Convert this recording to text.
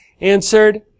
answered